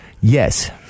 Yes